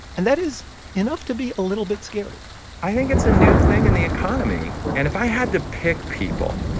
and that is enough to be a little bit scary i think it's a new thing in the economy. and if i had to pick people